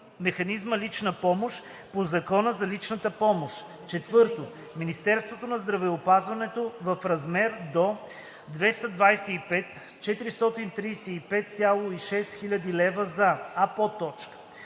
механизма лична помощ по Закона за личната помощ. 4. Министерството на здравеопазването - в размер до 225 435,6 хил. лв. за: